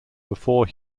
before